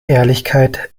ehrlichkeit